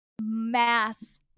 mass